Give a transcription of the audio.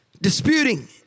disputing